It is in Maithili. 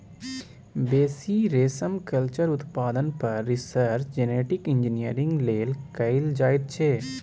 बेसी रेशमकल्चर उत्पादन पर रिसर्च जेनेटिक इंजीनियरिंग लेल कएल जाइत छै